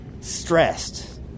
stressed